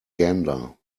gander